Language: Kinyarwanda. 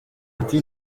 ati